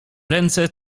ręce